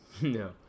no